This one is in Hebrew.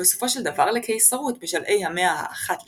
ובסופו של דבר לקיסרות בשלהי המאה ה-1 לפנה"ס,